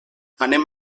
anem